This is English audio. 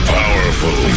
powerful